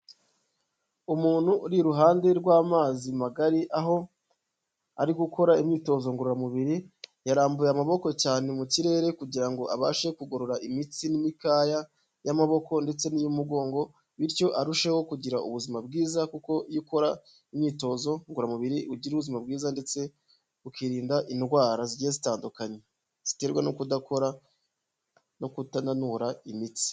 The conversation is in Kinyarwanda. Umuntu uri iruhande rw'amazi magari, aho ari gukora imyitozo ngororamubiri, yarambuye amaboko cyane mu kirere kugira ngo abashe kugorora imitsi n'imikaya y'amaboko ndetse n'iy'umugongo, bityo arusheho kugira ubuzima bwiza kuko iyo ukora imyitozo ngororamubiri ugira ubuzima bwiza ndetse ukirinda indwara zigiye zitandukanye ziterwa no kudakora, no kutananura imitsi.